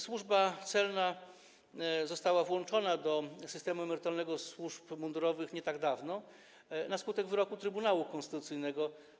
Służba Celna została włączona do systemu emerytalnego służb mundurowych nie tak dawno, na skutek wyroku Trybunału Konstytucyjnego.